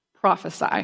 prophesy